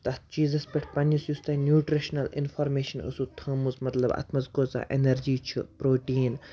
تَتھ چیٖزَس پٮ۪ٹھ پنٛنِس یُس تۄہہِ نیوٗٹِرٛشنَل اِنفارمیشَن ٲسوٕ تھٲومٕژ مطلب اَتھ منٛز کۭژاہ اٮ۪نَرجی چھِ پرٛوٹیٖن